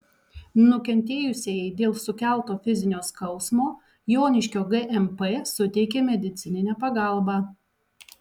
nukentėjusiajai dėl sukelto fizinio skausmo joniškio gmp suteikė medicininę pagalbą